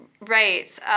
Right